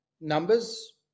numbers